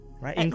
Right